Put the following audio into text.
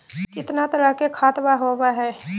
कितना तरह के खातवा होव हई?